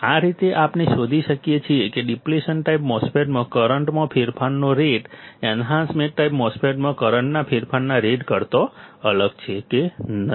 આ રીતે આપણે શોધી શકીએ છીએ કે ડીપ્લેશન ટાઈપ MOSFET માં કરંટમાં ફેરફારનો રેટ એન્હાન્સમેન્ટ ટાઈપ MOSFET માં કરંટના ફેરફારના રેટ કરતાં અલગ છે કે નહીં